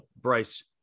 Bryce